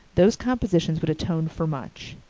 those compositions would atone for much.